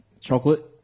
chocolate